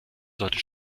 sollte